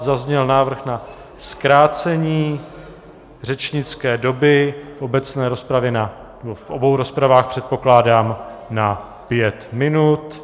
Zazněl návrh na zkrácení řečnické doby v obecné rozpravě, nebo v obou rozpravách, předpokládám, na pět minut.